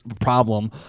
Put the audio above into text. problem